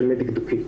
הסימון הדקדוקי.